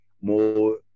more